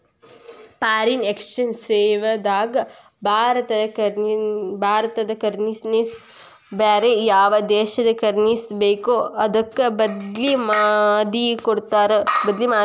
foreign exchange ಸೇವಾದಾಗ ಭಾರತದ currency ನ ಬ್ಯಾರೆ ಯಾವ್ ದೇಶದ್ ಕರೆನ್ಸಿ ಬೇಕೊ ಅದಕ್ಕ ಬದ್ಲಿಮಾದಿಕೊಡ್ತಾರ್